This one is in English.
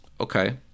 Okay